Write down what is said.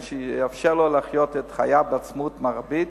שיאפשר לו לחיות את חייו בעצמאות מרבית,